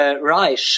Reich